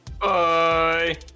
Bye